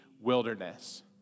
wilderness